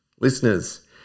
listeners